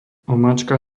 omáčka